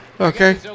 Okay